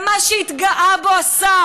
גם מה שהתגאה בו השר,